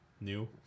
new